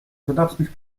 wydatnych